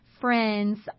friends